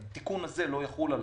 התיקון הזה לא יחול עליו.